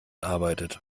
arbeitet